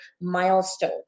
milestone